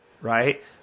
right